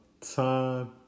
time